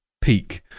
peak